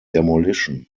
demolition